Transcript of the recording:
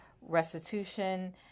restitution